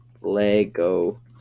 lego